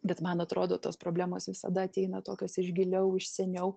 bet man atrodo tos problemos visada ateina tokios iš giliau iš seniau